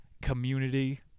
community